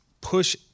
push